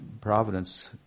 providence